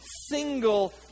single